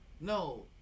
No